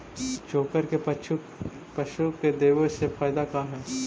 चोकर के पशु के देबौ से फायदा का है?